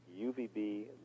UVB